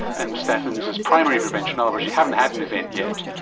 and statins is primary prevention, in other words you haven't had an event yet,